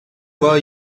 were